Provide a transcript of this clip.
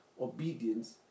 obedience